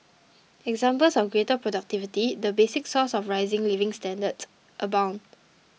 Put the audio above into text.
examples of greater productivity the basic source of rising living standards abound